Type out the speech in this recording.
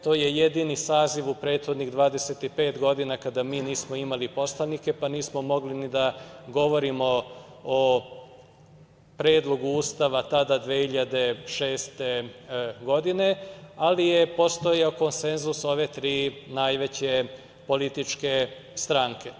To je jedini saziv u prethodnih 25 godina kada mi nismo imali poslanike, pa nismo mogli ni da govorimo o predlogu Ustava tada 2006. godine, ali je postojao konsenzus ove tri najveće političke stranke.